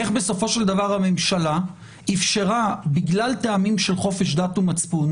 איך בסופו של דבר הממשלה אפשרה בגלל טעמים של חופש דת ומצפון